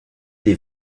des